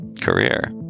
career